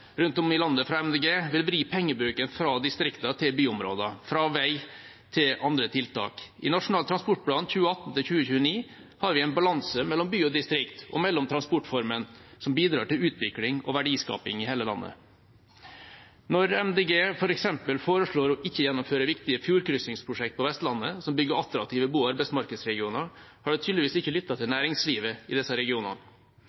rundt om i landet vil vri pengebruken fra distriktene til byområder og fra vei til andre tiltak. I Nasjonal transportplan 2018–2029 har vi en balanse mellom by og distrikt og mellom transportformer, noe som bidrar til utvikling og verdiskaping i hele landet. Når Miljøpartiet De Grønne f.eks. foreslår å ikke gjennomføre viktige fjordkryssingsprosjekter på Vestlandet, som bygger attraktive bo- og arbeidsmarkedsregioner, har de tydeligvis ikke lyttet til